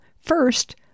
first